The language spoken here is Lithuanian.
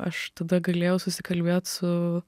aš tada galėjau susikalbėt su